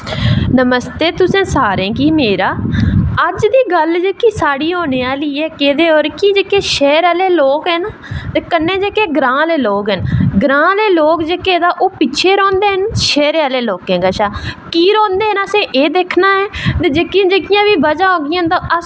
नमस्ते तुसें सारें गी मेरी अज्ज दी गल्ल जेह्की साढ़ी होनी आह्ली ऐ केह्दे पर कि जेह्के शैह्र आह्ले लोग न ते कन्नै ग्रांऽ ओह्दे लोग न ग्रांऽ आह्ले लोग पिछें रौंह्दे न शैह्रें आह्लें लोकें कशा दा की रौंह्दे न असें एह् दिक्खना ऐ ते जेह्कियां जेह्कियां बजह होंगियां